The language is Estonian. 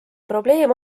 probleem